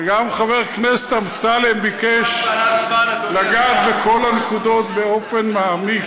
וגם חבר הכנסת אמסלם ביקש לגעת בכל הנקודות באופן מעמיק.